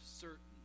certain